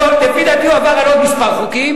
לפי דעתי הוא עבר על עוד כמה חוקים,